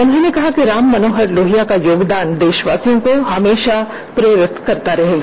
उन्होंने कहा कि राममनोहर लोहिया का योगदान देशवासियों को हमेशा प्रेरित करता रहेगा